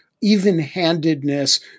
even-handedness